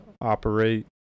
operate